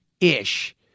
ish